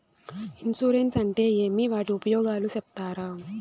Insurance అంటే ఏమి? వాటి ఉపయోగాలు సెప్తారా?